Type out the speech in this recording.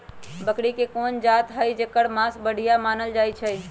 बकरी के कोन जात हई जेकर मास बढ़िया मानल जाई छई?